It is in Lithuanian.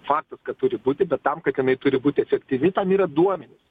faktas kad turi būti bet tam kad jinai turi būti efektyvi tam yra duomenis